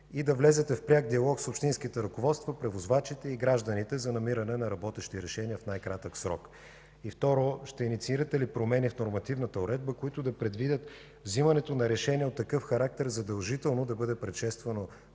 и да влезете в пряк диалог с общинските ръководства, превозвачите и гражданите за намиране на работещи решения в най-кратък срок? И второ, ще инициирате ли промени в нормативната уредба, които да предвидят вземането на решение от такъв характер задължително да бъде предшествано